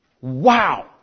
Wow